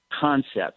concept